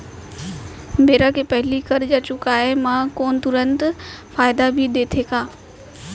बेरा के पहिली करजा चुकोय म बैंक तुरंत फायदा भी देथे का?